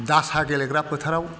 दासा गेलेग्रा फोथाराव